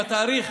בתאריך?